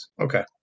Okay